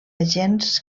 gens